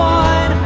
one